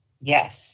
Yes